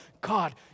God